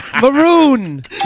maroon